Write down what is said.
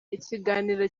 ikiganiro